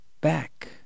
back